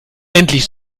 endlich